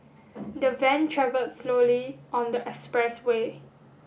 the van travelled slowly on the express way